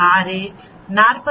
6 40